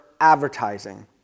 advertising